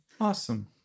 Awesome